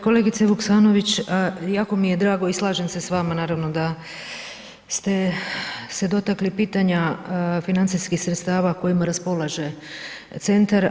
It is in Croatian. Kolegice Vuksanović jako mi je drago i slažem s vama naravno da ste se dotakli pitanja financijskih sredstava kojima raspolaže centar.